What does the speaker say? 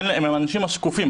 הם האנשים השקופים,